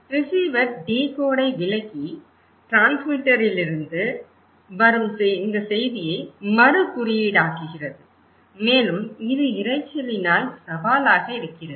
receiver டிகோடை விளக்கி டிரான்ஸ்மிட்டரிலிருந்து வரும் இந்த செய்தியை மறு குறியீடாக்குகிறது மேலும் இது இரைச்சலினால் சவாலாக இருக்கிறது